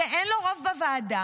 שאין לו רוב בוועדה.